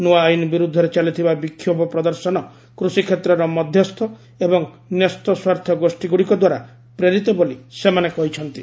ନୂଆ ଆଇନ୍ ବିରୁଦ୍ଧରେ ଚାଲିଥିବା ବିକ୍ଷୋଭ ପ୍ରଦର୍ଶନ କୃଷିକ୍ଷେତ୍ରର ମଧ୍ୟସ୍ଥ ଏବଂ ନ୍ୟସ୍ତସ୍ୱାର୍ଥ ଗୋଷୀଗୁଡ଼ିକ ଦ୍ୱାରା ପ୍ରେରିତ ବୋଲି ସେମାନେ କହିଚ୍ଚନ୍ତି